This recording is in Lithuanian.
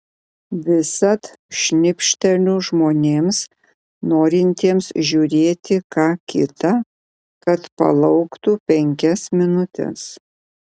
visad šnibžteliu žmonėms norintiems žiūrėti ką kita kad palauktų penkias minutes